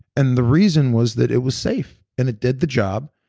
and the reason was that it was safe and it did the job,